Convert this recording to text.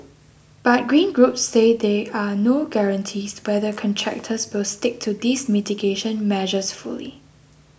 but green groups say there are no guarantees whether contractors will stick to these mitigation measures fully